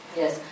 yes